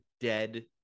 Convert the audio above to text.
dead